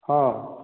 ହଁ